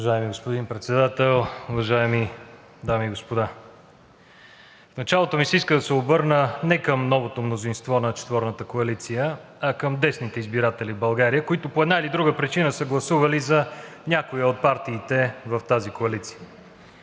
Уважаеми господин Председател, уважаеми дами и господа! В началото ми се иска да се обърна не към новото мнозинство на четворната коалиция, а към десните избиратели в България, които по една или друга причина са гласували за някоя от партиите в тази коалиция.